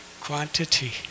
quantity